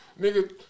Nigga